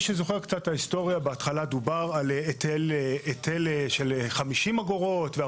בהתחלה דובר על היטל של 50 אגורות.